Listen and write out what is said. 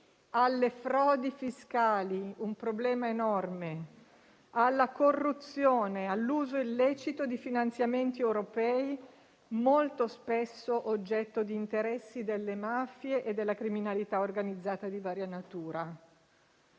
alle frodi fiscali (un problema enorme), alla corruzione e all'uso illecito di finanziamenti europei, molto spesso oggetto di interessi delle mafie e della criminalità organizzata di varia natura.